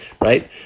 right